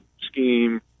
scheme